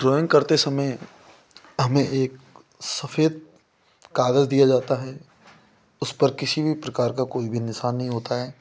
drawing करते समय हमें एक सफ़ेद कागज़ दिया जाता है उस पर किसी भी प्रकार का कोई भी निशान नहीं होता है